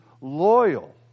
loyal